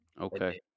Okay